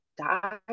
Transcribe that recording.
die